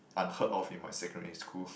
unheard of in my secondary school